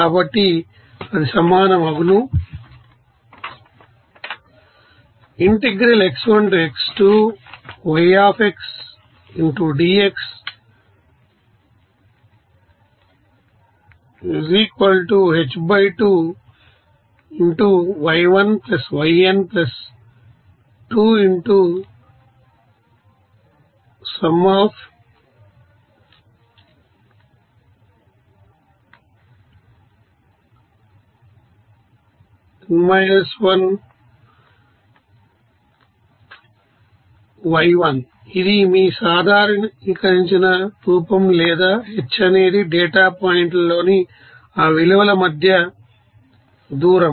కాబట్టి అది సమానం అగును ఇది మీ సాధారణీకరించిన రూపం లేదా h అనేది డేటా పాయింట్లలోని x విలువల మధ్య దూరం